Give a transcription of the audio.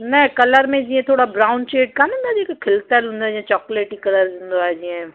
न कलर में जीअं थोरा ब्राउन शेड कोन हूंदा आहिनि जेके खिलतल हूंदो या चॉकलेटी कलर हूंदो आहे जीअं